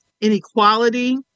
inequality